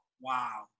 Wow